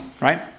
right